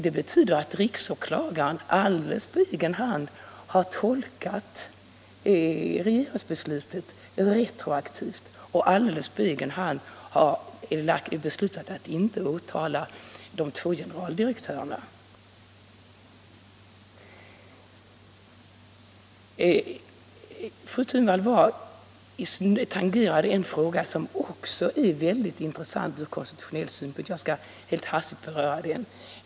Det betyder att riksåklagaren alldeles på egen hand har tolkat regeringsbeslutet retroaktivt och alldeles på egen hand beslutat att inte åtala de två generaldirektörerna. Fru Thunvall tangerade en fråga som också är mycket intressant ur konstitutionell synpunkt. Jag skall helt hastigt beröra den.